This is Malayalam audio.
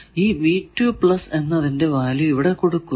ഈ എന്നതിന്റെ വാല്യൂ ഇവിടെ കൊടുക്കുന്നു